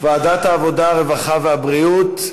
ועדת העבודה, הרווחה והבריאות.